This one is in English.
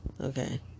okay